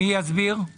אסביר את